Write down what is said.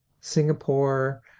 Singapore